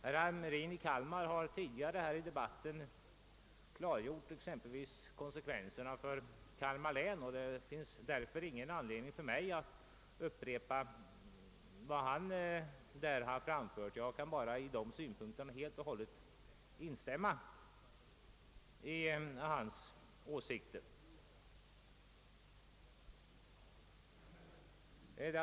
Herr Hamrin i Kalmar har tidigare i debatten klargjort konsekvenserna för Kalmar län, och det finns ingen anledning för mig att nu upprepa vad han sade. Jag kan helt instämma i hans ord.